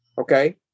Okay